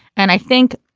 and i think,